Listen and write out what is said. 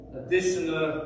additional